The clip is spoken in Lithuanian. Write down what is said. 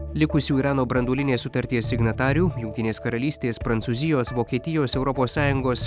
likusių irano branduolinės sutarties signatarių jungtinės karalystės prancūzijos vokietijos europos sąjungos